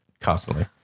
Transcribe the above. constantly